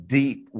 deep